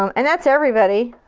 um and that's everybody.